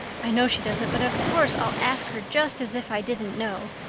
i know she doesn't but of course i'll ask her just as if i didn't know.